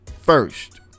first